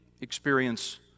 experience